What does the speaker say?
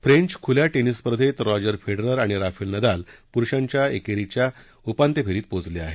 French खुल्या tennis स्पर्धेत Roger Federer आणि राफेल नदाल पुरुष एकेरीच्या उपांत्य फेरीत पाचले आहेत